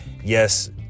yes